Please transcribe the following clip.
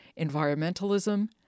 environmentalism